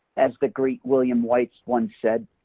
as the great william white once said,